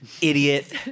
idiot